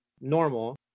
normal